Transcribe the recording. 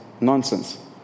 nonsense